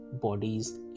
bodies